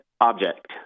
object